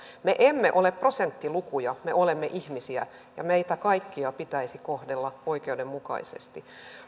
me emme ole prosenttilukuja me olemme ihmisiä ja meitä kaikkia pitäisi kohdella oikeudenmukaisesti